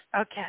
Okay